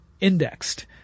indexed